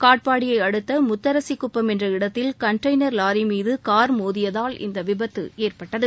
காட்பாடியை அடுத்த முத்தரசிக்குப்பம் என்ற இடத்தில் கண்டெய்னர் வாரி மீது கார் மோதியதால் இந்த விபத்து ஏற்பட்டது